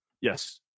Yes